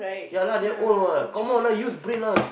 ya lah that old what come on lah use brain lah s~